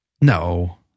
No